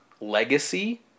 legacy